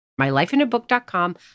mylifeinabook.com